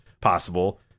possible